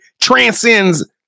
transcends